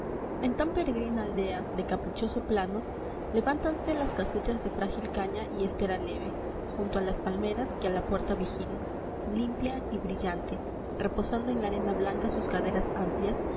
en tan peregrina aldea de caprichoso plano levantánse las easuchas de frágil caña y estera leve junto a las palmeras que a la puerta vigilan limpia y brillante reposando en la arena blanda sus caderas amplias